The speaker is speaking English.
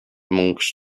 different